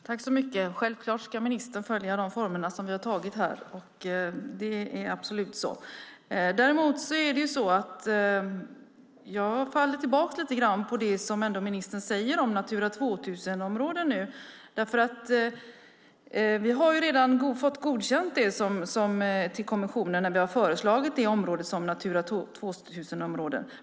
Fru talman! Ministern ska självfallet följa de former som vi har antagit här. Det är absolut så. Jag går tillbaka till det som ministern säger om Natura 2000-områden. Vi har redan fått ett godkännande av kommissionen när vi har föreslagit det området som Natura 2000-område.